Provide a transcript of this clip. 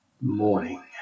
morning